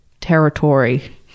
territory